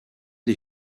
les